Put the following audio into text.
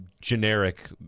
generic